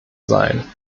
sein